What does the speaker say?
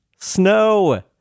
snow